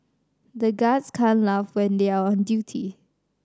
the guards can't laugh when they are on duty